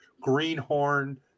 greenhorn